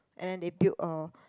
and they build a